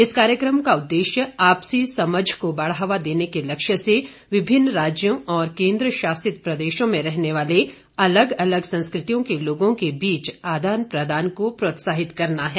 इस कार्यक्रम का उद्देश्य आपसी समझ को बढ़ावा देने के लक्ष्य से विभिन्न राज्यों और केंद्रशासित प्रदेशों में रहने वाले अलग अलग संस्कृतियों के लोगों के बीच आदान प्रदान को प्रोत्साहित करना है